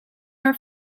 are